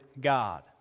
God